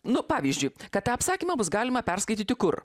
nu pavyzdžiui kad tą apsakymą bus galima perskaityti kur